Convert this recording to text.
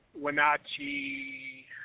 Wenatchee